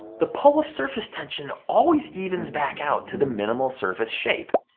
the pull of surface tension always evens back out, to the minimal surface shape.